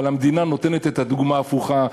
אבל המדינה נותנת את הדוגמה ההפוכה.